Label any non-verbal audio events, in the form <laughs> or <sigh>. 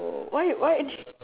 why why <laughs>